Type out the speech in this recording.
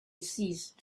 ceased